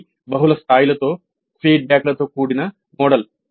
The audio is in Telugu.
ఇది బహుళ స్థాయిలలో ఫీడ్బ్యాక్లతో కూడిన మోడల్